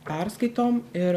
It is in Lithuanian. perskaitom ir